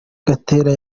gatera